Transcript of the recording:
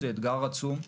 זה אתגר עצום,